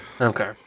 Okay